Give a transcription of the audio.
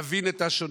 נבין את השונה,